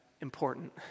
important